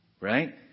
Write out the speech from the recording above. right